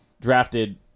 drafted –